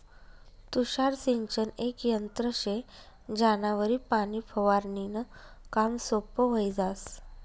तुषार सिंचन येक यंत्र शे ज्यानावरी पाणी फवारनीनं काम सोपं व्हयी जास